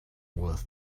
worth